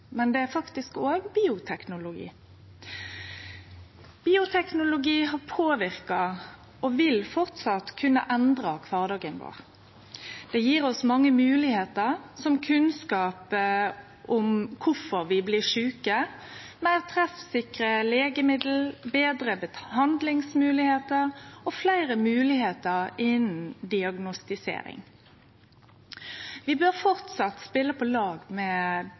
men det er faktisk òg bioteknologi. Bioteknologi har påverka og vil framleis kunne endre kvardagen vår. Det gjev oss mange moglegheiter, som kunnskap om kvifor vi blir sjuke, meir treffsikre legemiddel, betre behandlingsmoglegheiter og fleire moglegheiter innanfor diagnostisering. Vi bør framleis spele på lag med